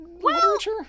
literature